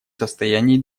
состоянии